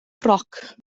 roc